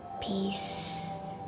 Peace